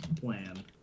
plan